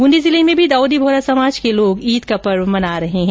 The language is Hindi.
ब्रंदी जिले में भी दाउदी बोहरा समाज के लोग ईद का त्यौहार मना रहे है